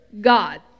god